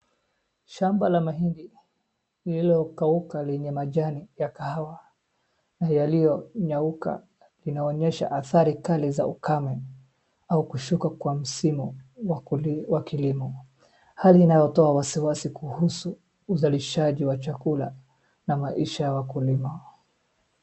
Shamba la mahindi liliokakauka lenye majani ya kahawa yaliyonyauka inaonyesha adhari kali za ukame au kushuka kwa msimu wa kilimo hali inayotoa wasi wasi kuhusu uzalishaji wa chakula na maisha ya wakulima .